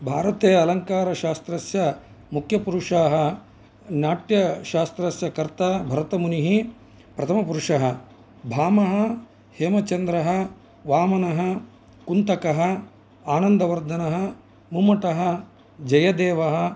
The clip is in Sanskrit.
भारते अलङ्कारशास्त्रस्य मुख्यपुरुषाः नाट्यशास्त्रस्य कर्ता भरतमुनिः प्रथमपुरुषः भामः हेमचन्द्रः वामनः कुन्तकः आनन्दवर्धनः मम्मटः जयदेवः